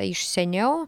iš seniau